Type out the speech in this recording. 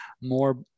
more